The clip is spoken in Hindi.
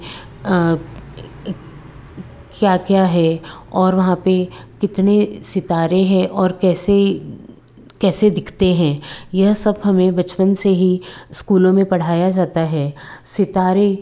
क्या क्या है और वहाँ पर कितने सितारे हैं और कैसे कैसे दिखते हैं यह सब हमें बचपन से ही स्कूलों में पढ़ाया जाता है सितारे